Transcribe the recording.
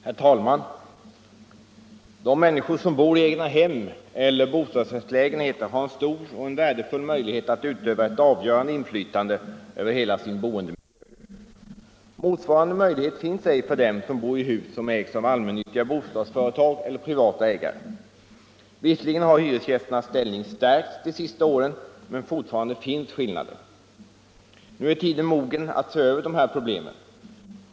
Herr talman! De människor som bor i egnahem eller bostadsrättslägenheter har en stor och värdefull möjlighet att utöva ett avgörande inflytande över hela sin boendemiljö. Motsvarande möjlighet finns inte för dem som bor i privatägda hus eller i hus som ägs av allmännyttiga bostadsföretag. Visserligen har hyresgästernas ställning stärkts de senaste åren, men fortfarande finns skillnader. Nu är tiden mogen att se över de här problemen.